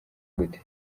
gute